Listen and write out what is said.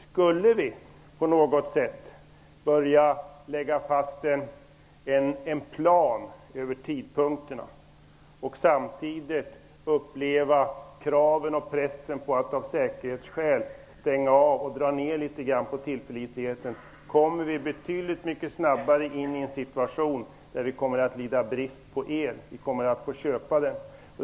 Skulle vi börja lägga fast en plan över tidpunkterna och samtidigt uppleva en press att av säkerhetsskäl stänga av och dra ner litet grand på tillförlitligheten, kommer vi betydligt snabbare in i en situation där vi kommer att lida brist på egenproducerad el och i stället kommer att få köpa el.